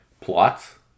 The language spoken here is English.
plots